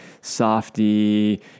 softy